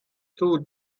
سود